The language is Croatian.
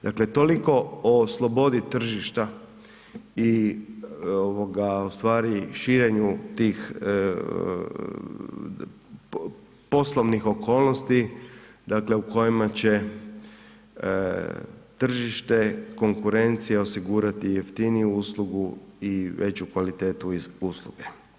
Dakle, toliko o slobodi tržišta i ovoga u stvari širenju tih poslovnih okolnosti dakle u kojima će tržište, konkurencija osigurati jeftiniju uslugu i veću kvalitetu usluge.